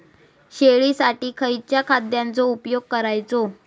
शेळीसाठी खयच्या खाद्यांचो उपयोग करायचो?